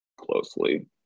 closely